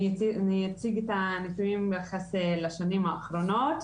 אני אציג את הנתונים ביחס לשנים האחרונות.